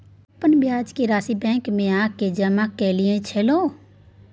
अपन ब्याज के राशि बैंक में आ के जमा कैलियै छलौं?